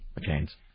McCain's